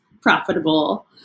profitable